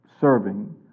serving